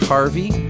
Harvey